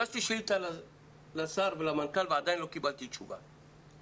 שאילתה לשר ולמנכ"ל ועדיין לא קיבלתי תשובה.